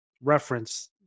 reference